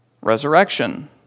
resurrection